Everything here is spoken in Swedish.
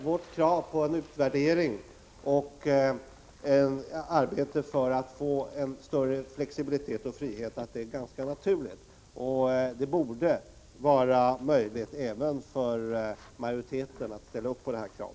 Vårt krav på en utvärdering och på att man skall arbeta för att få till stånd en större flexibilitet och frihet är ganska naturligt, och det borde vara möjligt även för majoriteten att ställa sig bakom detta krav.